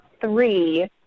three